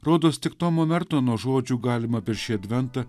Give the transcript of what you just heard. rodos tik tomo nartono žodžių galima per šį adventą